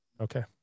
okay